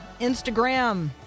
instagram